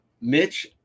mitch